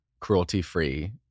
cruelty-free